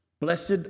Blessed